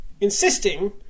insisting